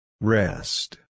Rest